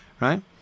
right